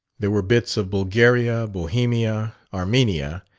there were bits of bulgaria, bohemia, armenia,